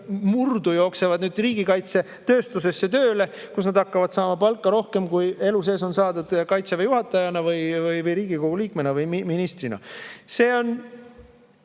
jooksevad nüüd murdu riigikaitsetööstusesse tööle, kus nad hakkavad saama palka rohkem, kui elu sees on saadud Kaitseväe juhatajana või Riigikogu liikmena või ministrina. Küsimus